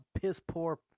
piss-poor